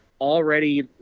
already